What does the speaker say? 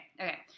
okay